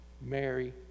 Mary